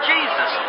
Jesus